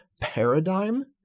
paradigm